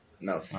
No